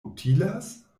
utilas